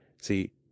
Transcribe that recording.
See